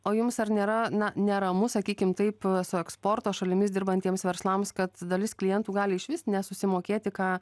o jums ar nėra na neramu sakykim taip su eksporto šalimis dirbantiems verslams kad dalis klientų gali išvis nesusimokėti ką